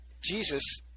Jesus